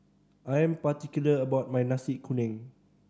I am particular about my Nasi Kuning